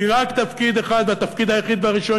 כי רק תפקיד אחד והתפקיד היחיד והראשון